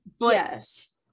yes